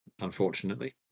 unfortunately